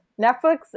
Netflix